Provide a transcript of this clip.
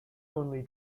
only